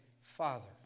father